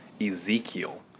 Ezekiel